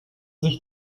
sich